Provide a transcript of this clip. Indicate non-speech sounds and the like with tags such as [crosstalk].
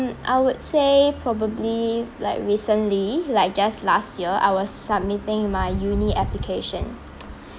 I would say probably like recently like just last year I was submitting my uni application [noise]